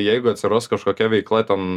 jeigu atsiras kažkokia veikla ten